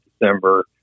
December